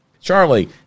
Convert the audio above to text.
Charlie